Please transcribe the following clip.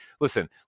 listen